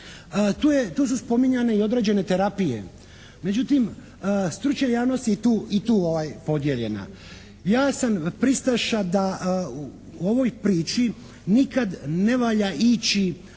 Tu su spominjane i određene terapije. Međutim, stručna javnost je i tu podijeljena. Ja sam pristaša da u ovoj priči nikad ne valja ići